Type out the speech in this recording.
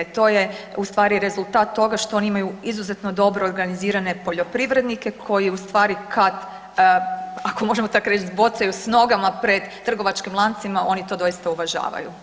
To je ustvari rezultat toga što oni imaju izuzetno dobro organizirane poljoprivrednike koji ustvari kat, ako možemo tako reć zbocaju s nogama pred trgovačkim lancima oni to doista uvažavaju.